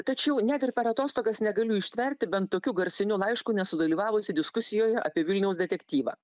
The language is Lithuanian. tačiau net ir per atostogas negaliu ištverti bent tokiu garsiniu laišku nesudalyvavusi diskusijoje apie vilniaus detektyvą